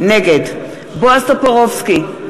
נגד בועז טופורובסקי,